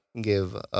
give